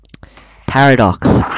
Paradox